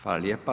Hvala lijepa.